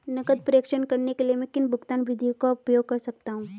नकद प्रेषण करने के लिए मैं किन भुगतान विधियों का उपयोग कर सकता हूँ?